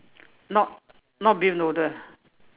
not not beef noodle